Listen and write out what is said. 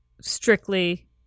strictly